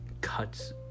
cuts